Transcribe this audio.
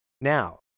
Now